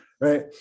right